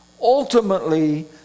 Ultimately